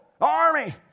army